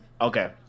okay